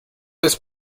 jest